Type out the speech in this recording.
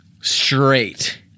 Straight